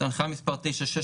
זו הנחיה מס' 9/16: